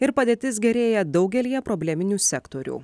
ir padėtis gerėja daugelyje probleminių sektorių